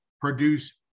produce